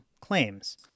claims